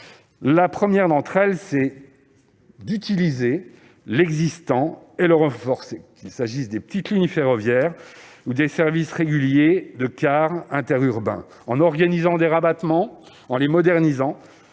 La première : utiliser l'existant et le renforcer, qu'il s'agisse des petites lignes ferroviaires ou des services réguliers de cars interurbains, le cas échéant en organisant des rabattements, en les modernisant,